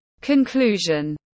Conclusion